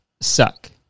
suck